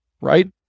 right